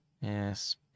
Yes